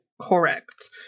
Correct